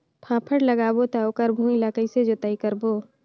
फाफण लगाबो ता ओकर भुईं ला कइसे जोताई करबो?